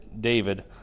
David